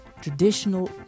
traditional